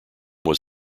was